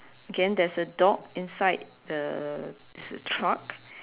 again there is a dog inside the is a truck